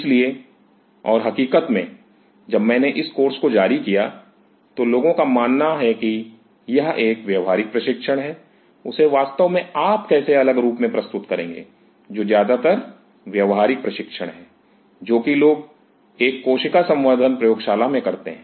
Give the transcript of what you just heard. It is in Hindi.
इसलिए और हकीक़त में जब मैंने इस कोर्स को जारी किया तो लोगों का मानना है कि यह एक व्यावहारिक प्रशिक्षण है उसे वास्तव में आप कैसे अलग रूप में प्रस्तुत करेंगे जो ज्यादातर व्यावहारिक प्रशिक्षण है जो कि लोग एक कोशिका संवर्धन प्रयोगशाला में करते हैं